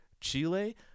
Chile